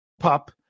pup